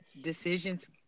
decisions